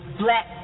black